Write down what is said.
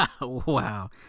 Wow